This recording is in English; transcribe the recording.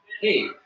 Hey